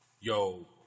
yo